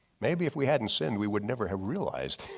maybe if we hadn't sinned, we would never have realized.